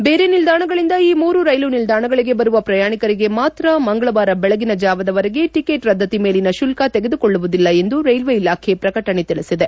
ಬೇರೆ ನಿಲ್ದಾಣಗಳಿಂದ ಈ ಮೂರು ರೈಲು ನಿಲ್ದಾಣಗಳಿಗೆ ಬರುವ ಪ್ರಯಾಣಿಕರಿಗೆ ಮಾತ್ರ ಮಂಗಳವಾರ ಬೆಳಗಿನ ಜಾವದವರೆಗೆ ಟಿಕೆಟ್ ರದ್ದತಿ ಮೇಲಿನ ಶುಲ್ಕ ತೆಗೆದುಕೊಳ್ಳುವುದಿಲ್ಲ ಎಂದು ರೈಲ್ವೆ ಇಲಾಖೆ ಪ್ರಕಟಣೆ ತಿಳಿಸಿದೆ